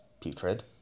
putrid